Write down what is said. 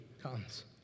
comes